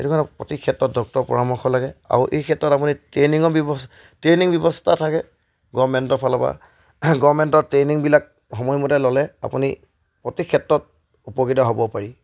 সেইটো কাৰণে প্ৰতি ক্ষেত্ৰত ডক্তৰ পৰামৰ্শ লাগে আৰু এই ক্ষেত্ৰত আপুনি ট্ৰেইনিঙৰ ব্যৱস্থা ট্ৰেইনিং ব্যৱস্থা থাকে গভমেণ্টৰ ফালৰ পৰা গভমেণ্টৰ ট্ৰেইনিংবিলাক সময়মতে ল'লে আপুনি প্ৰতি ক্ষেত্ৰত উপকৃত হ'ব পাৰি